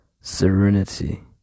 serenity